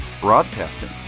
broadcasting